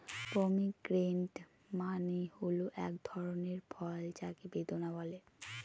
pomegranate মানে হল এক ধরনের ফল যাকে বেদানা বলে